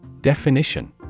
Definition